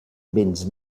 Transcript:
béns